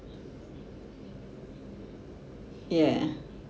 yeah